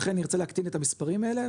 ולכן נרצה להקטין את המספרים האלה,